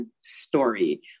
story